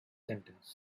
sentence